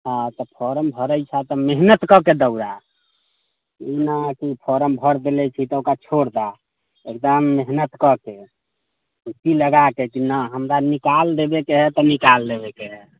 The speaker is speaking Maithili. हँ तऽ फॉर्म भरै छेँ तऽ मेहनत कऽ के दौड़ह ई नहि कि फॉर्म भरि देने छी तऽ ओकरा छोड़ि दह एकदम मेहनत कऽ के ई चित्त लगा कऽ कि नहि हमरा निकालि देबयके हए तऽ निकालि देबयके हए